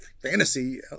fantasy